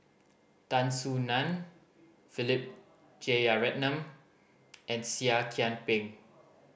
Tan Soo Nan Philip Jeyaretnam and Seah Kian Peng